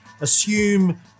assume